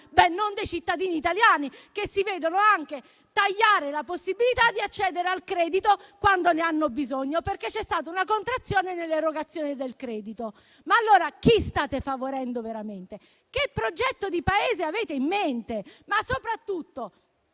Non dei cittadini italiani, che si vedono anche tagliare la possibilità di accedere al credito quando ne hanno bisogno, perché c'è stata una contrazione nell'erogazione del credito. Ma allora chi state favorendo veramente? Che progetto di Paese avete in mente? Ma, soprattutto,